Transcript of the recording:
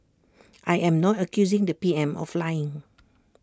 I am not accusing the P M of lying